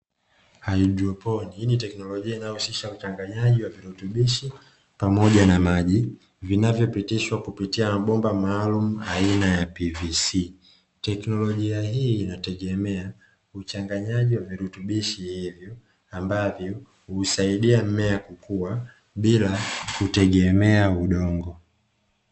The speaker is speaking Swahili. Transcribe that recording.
Haidroponi, hii ni teknolojia inayohusisha uchanganyaji wa virutubishi pamoja na maji vinavyopitishwa kupitia mabomba maalumu aina ya PVC. Teknolojia hii inategemea uchanganyaji wa virutubishi hivyo ambavyo husadia mmea kukua bila kutegemea udongo.